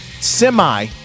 semi